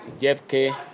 JFK